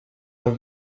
have